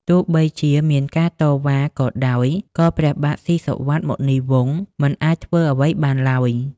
ទោះបីជាមានការតវ៉ាក៏ដោយក៏ព្រះបាទស៊ីសុវត្ថិ មុនីវង្សមិនអាចធ្វើអ្វីបានឡើយ។